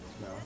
No